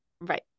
Right